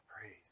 Praise